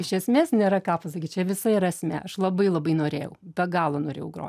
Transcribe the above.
iš esmės nėra ką pasakyt čia visa yra esmė aš labai labai norėjau be galo norėjau grot